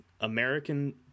American